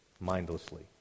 mindlessly